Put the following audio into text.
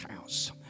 house